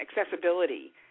accessibility